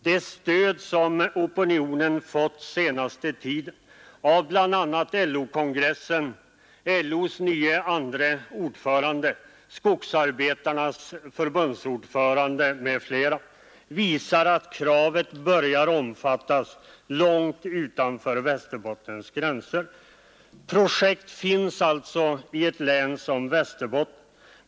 Det stöd opinionen fått den senaste tiden av bl.a. LO-kongressen, LO:s nye andre ordförande, skogsarbetarnas förbundsordförande m.fl. visar att kravet börjar omfattas långt utanför Västerbottens gränser, Projekt finns alltså i ett län som Västerbotten.